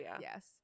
yes